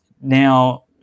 Now